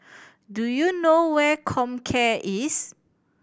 do you know where Comcare is